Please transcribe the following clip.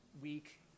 week